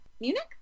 Munich